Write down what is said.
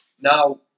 Now